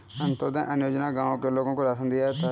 अंत्योदय अन्न योजना में गांव के लोगों को राशन दिया जाता है